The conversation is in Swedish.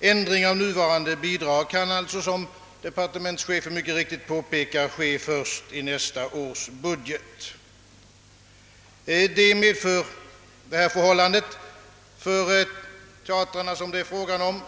ändring av nuvarande bidrag kan alltså, som departementschefen mycket riktigt påpekar, ske först i nästa års budget. Detta medför för de teatrar det är fråga om